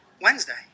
Wednesday